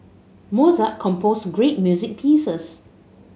Mozart composed great music pieces